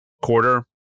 quarter